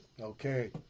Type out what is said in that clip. okay